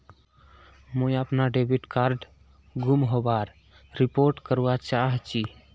मुई अपना debit card गूम होबार रिपोर्ट करवा चहची